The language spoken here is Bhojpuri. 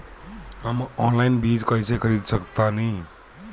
हम ऑनलाइन बीज कईसे खरीद सकतानी?